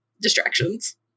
distractions